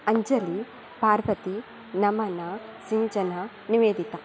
Anjali Parvati Namana Sinchana Nivedita